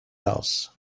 else